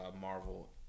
Marvel